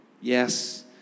Yes